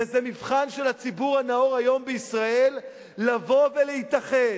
וזה מבחן של הציבור הנאור היום בישראל לבוא ולהתאחד